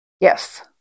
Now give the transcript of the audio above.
Yes